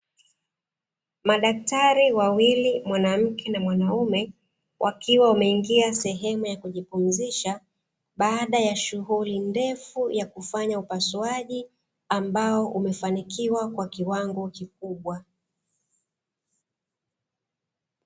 Madaktari wawili (mwanamke na mwanaume) wakiwa wameingia sehemu ya kujipumzisha baada ya shughuli ndefu ya kufanya upasuaji, ambao umefanikiwa kwa kiwango kikubwa.